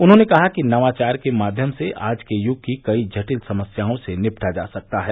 उन्होंने कहा कि नवाचार के माध्यम से आज के यूग की कई जटिल समस्याओं से निपटा जा सकता है